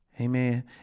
Amen